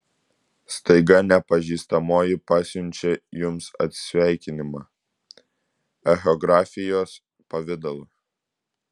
staiga nepažįstamoji pasiunčia jums atsisveikinimą echografijos pavidalu